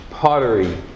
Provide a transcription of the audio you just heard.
Pottery